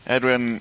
Edwin